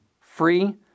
free